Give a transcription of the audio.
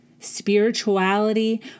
spirituality